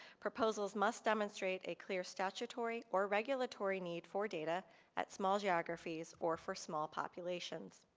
proposals must demonstrate a clear statutory or regulatory need for data at small geographyies or for small populations.